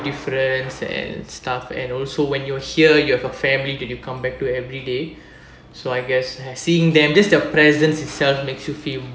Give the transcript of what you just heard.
difference and stuff and also when you're here you have a family that you come back to everyday so I guess has seeing them just the presence itself makes you feel